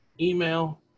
email